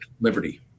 liberty